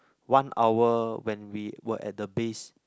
one hour when we were at the base